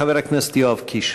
חבר הכנסת יואב קיש.